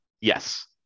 yes